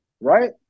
Right